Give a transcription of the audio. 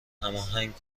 هماهنگ